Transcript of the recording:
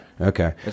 Okay